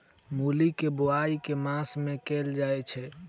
मूली केँ बोआई केँ मास मे कैल जाएँ छैय?